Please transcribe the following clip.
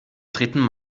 treten